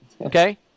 Okay